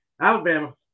Alabama